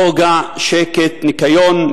רוגע, שקט, ניקיון.